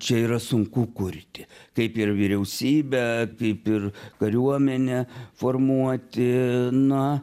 čia yra sunku kurti kaip ir vyriausybę kaip ir kariuomenę formuoti na